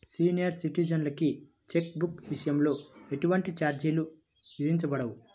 senior సిటిజన్లకి check బుక్ల విషయంలో ఎటువంటి ఛార్జీలు విధించబడవు